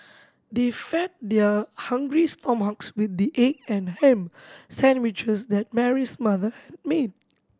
they fed their hungry stomachs with the egg and ham sandwiches that Mary's mother had made